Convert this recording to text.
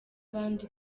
abandi